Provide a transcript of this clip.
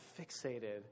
fixated